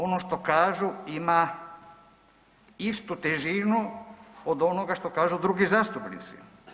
Ono što kažu ima istu težinu od onoga što kažu drugi zastupnici.